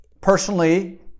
personally